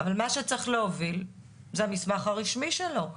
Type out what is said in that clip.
אבל מה שצריך להוביל זה המסמך הרשמי שלו.